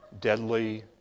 deadly